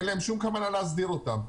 אין להם שום כוונה להסדיר אותן.